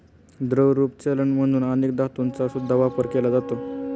द्रवरूप चलन म्हणून अनेक धातूंचा सुद्धा वापर केला जातो